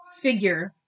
figure